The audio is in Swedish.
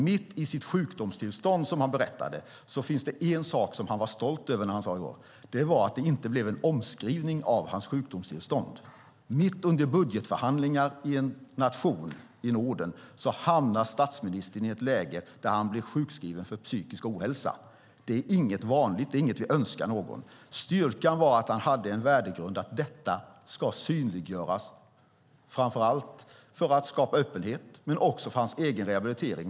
Mitt i sitt sjukdomstillstånd, som han berättade i går, fanns det en sak som han var stolt över, och det var att det inte blev en omskrivning av hans sjukdomstillstånd. Mitt under budgetförhandlingar i en nation i Norden hamnar statsministern i ett läge där han blir sjukskriven för psykisk ohälsa. Det är inget vanligt. Det är inget vi önskar någon. Styrkan var att han hade en värdegrund, att detta ska synliggöras, framför allt för att skapa öppenhet men också för hans egen rehabilitering.